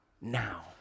now